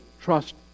trust